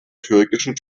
türkischen